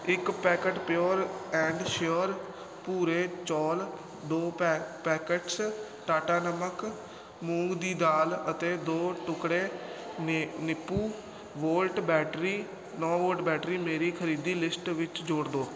ਇੱਕ packet pure and sure ਭੂਰੇ ਚੌਲ ਦੋ ਪੈ ਪੈਕਟਸ ਟਾਟਾ ਨਮਕ ਮੂੰਗ ਦੀ ਦਾਲ ਅਤੇ ਦੋ ਟੁਕੜੇ ਨੇ ਨੀਪੂ ਵੋਲਟ ਬੈਟਰੀ ਨੌਂ ਵੋਲਟ ਬੈਟਰੀ ਮੇਰੀ ਖਰੀਦੀ ਲਿਸਟ ਵਿੱਚ ਜੋੜ ਦਿਓ